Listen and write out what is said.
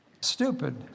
stupid